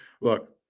look